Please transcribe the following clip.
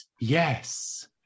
Yes